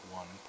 one